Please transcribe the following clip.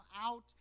out